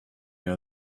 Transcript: know